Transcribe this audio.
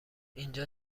اینجا